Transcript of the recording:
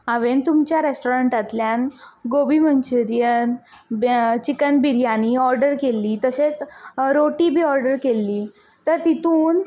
हांवें तुमच्या रेस्टोरंटांतल्यान gobi manchurian chicken biryani order केल्ली तशेंच रोटी बी ओर्डर केल्ली तर तेतून